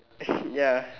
ya